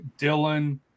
Dylan